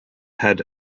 had